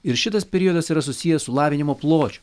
ir šitas periodas yra susijęs su lavinimo pločiu